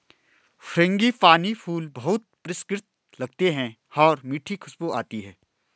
frangipani फूल बहुत परिष्कृत लगते हैं और मीठी खुशबू आती है